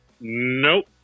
Nope